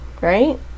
right